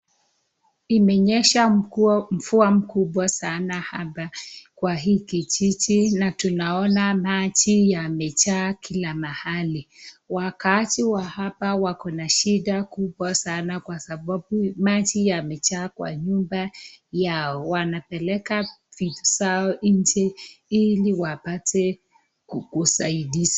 Imenyesha mvua kubwa sana kwa hii kijiji na tunaona maji yamejaa kila mahali. Wakaaji wa hapa wako na shida kubwa sana kwa sababu maji yamejaa kwa nyumba yao. Wanapeleka vitu zao inje ili wapate usaidizi.